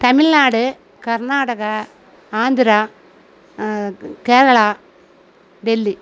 Tamil Nadu Karnataka Andhra Kerala Delhi